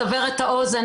לסבר את האוזן,